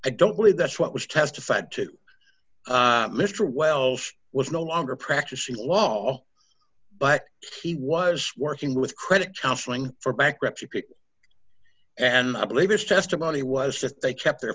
i don't believe that's what was testified to mr wells was no longer practicing law but he was working with credit counseling for bankruptcy and i believe his testimony was just they kept their